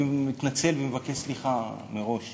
אני מתנצל ומבקש סליחה מראש